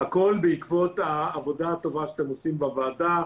הכול בעקבות העבודה הטובה שאתם עושים בוועדה,